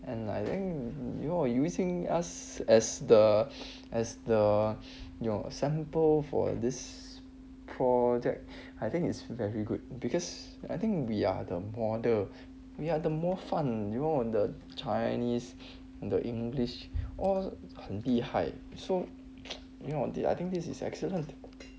and I think you know using us as the as the your sample for this project I think it's very good because I think we are the border we are the more fun you know the chinese the english all 很厉害 so you know I think this is excellent